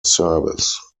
service